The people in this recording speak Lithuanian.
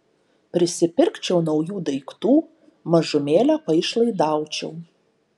prisipirkčiau naujų daiktų mažumėlę paišlaidaučiau